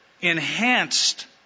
enhanced